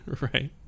Right